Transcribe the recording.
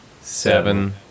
seven